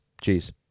Cheers